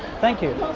thank you